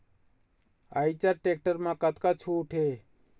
Eicher tractor म कतका छूट हे?